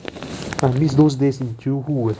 I miss those days in johor